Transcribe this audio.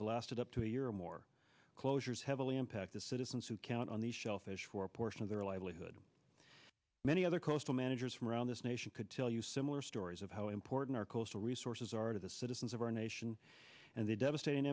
have lasted up to a year more closures heavily impact the citizens who count on the shellfish for a portion of their livelihood many other coastal managers from around this nation could tell you similar stories of how important our coastal resources are to the citizens of our nation and the devastating